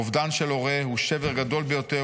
אובדן של הורה הוא שבר גדול ביותר